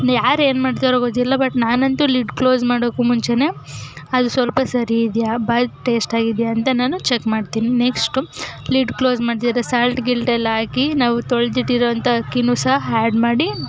ಯಾರು ಏನು ಮಾಡ್ತಾರೋ ಗೊತ್ತಿಲ್ಲ ಬಟ್ ನಾನಂತೂ ಲಿಡ್ ಕ್ಲೋಸ್ ಮಾಡೋಕ್ಕೂ ಮುಂಚೆಯೇ ಅದು ಸ್ವಲ್ಪ ಸರಿ ಇದೆಯಾ ಬಾಯಿ ಟೇಸ್ಟಾಗಿದೆಯಾ ಅಂತ ನಾನು ಚೆಕ್ ಮಾಡ್ತೀನಿ ನೆಕ್ಸ್ಟು ಲಿಡ್ ಕ್ಲೋಸ್ ಮಾಡಿದ್ರೆ ಸಾಲ್ಟ್ ಗಿಲ್ಟ್ ಎಲ್ಲ ಹಾಕಿ ನಾವು ತೊಳೆದಿಟ್ಟಿರುವಂಥ ಅಕ್ಕಿಯೂ ಸಹ ಆ್ಯಡ್ ಮಾಡಿ